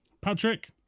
Patrick